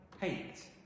hate